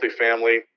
multifamily